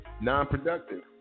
non-productive